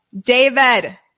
David